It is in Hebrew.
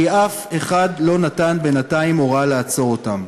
כי אף אחד לא נתן בינתיים הוראה לעצור אותם,